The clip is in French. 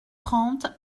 trente